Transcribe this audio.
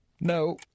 No